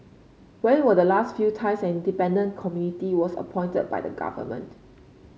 when were the last few times an independent committee was appointed by the government